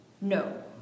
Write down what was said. No